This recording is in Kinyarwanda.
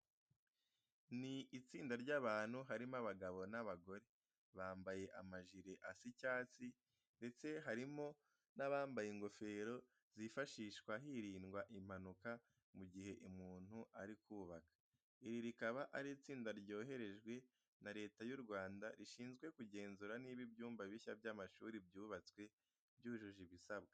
Ni itsinda ry'abantu harimo abagabo n'abagore, bambaye amajire asa icyatsi ndetse harimo n'abambaye ingofero zifashishwa hirindwa impanuka mu gihe umuntu ari kubaka. Iri rikaba ari itsinda ryoherejwe na Leta y'u Rwanda rishinzwe kugenzura niba ibyumba bishya by'amashuri byubatswe byujuje ibisabwa.